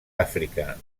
àfrica